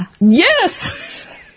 Yes